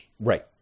right